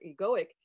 egoic